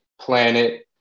planet